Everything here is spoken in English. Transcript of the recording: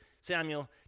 Samuel